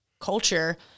culture